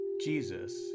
Jesus